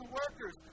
workers